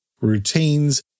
routines